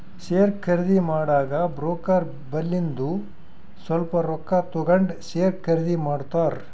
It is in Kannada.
ಶೇರ್ ಖರ್ದಿ ಮಾಡಾಗ ಬ್ರೋಕರ್ ಬಲ್ಲಿಂದು ಸ್ವಲ್ಪ ರೊಕ್ಕಾ ತಗೊಂಡ್ ಶೇರ್ ಖರ್ದಿ ಮಾಡ್ತಾರ್